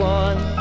one